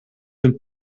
hun